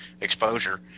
exposure